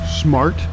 Smart